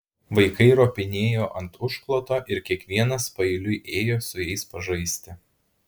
vaikai ropinėjo ant užkloto ir kiekvienas paeiliui ėjo su jais pažaisti